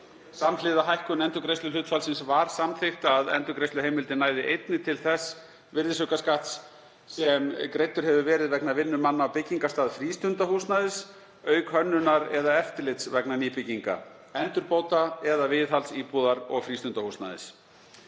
Samhliða hækkun endurgreiðsluhlutfallsins var samþykkt að endurgreiðsluheimildin næði einnig til þess virðisaukaskatts sem greiddur hefur verið vegna vinnu manna á byggingarstað frístundahúsnæðis, auk hönnunar eða eftirlits vegna nýbygginga, endurbóta eða viðhalds íbúðar- og frístundahúsnæðis.